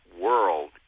world